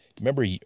Remember